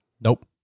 Nope